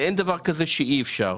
אין דבר כזה שאי אפשר.